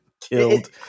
killed